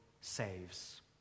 saves